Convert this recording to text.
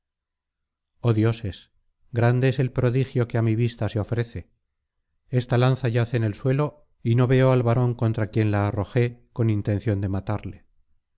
dioses grande es el prodigio que á mi vista se ofrece esta lanza yace en el suelo y no veo al varón contra quien la arrojé con intención de matarle